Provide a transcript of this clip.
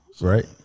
right